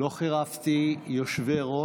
לא חירפתי יושבי-ראש,